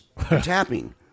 tapping